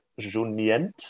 Junient